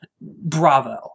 bravo